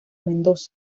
mendoza